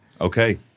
Okay